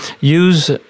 use